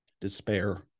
despair